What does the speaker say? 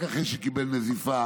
רק אחרי שקיבל נזיפה